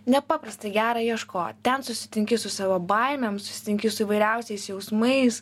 nepaprastai gera ieškot ten susitinki su savo baimėm susitinki su įvairiausiais jausmais